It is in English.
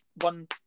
one